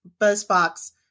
BuzzBox